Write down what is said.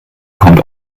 kommt